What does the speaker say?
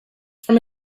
from